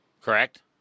correct